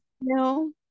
no